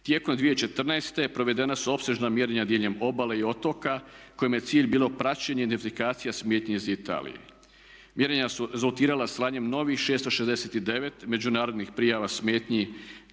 Tijekom 2014. provedena su opsežna mjerenja diljem obale i otoka kojima je cilj bilo praćenje i identifikacija smetnji iz Italije. Mjerenja su rezultirala slanjem novih 669 međunarodnih prijava smetnji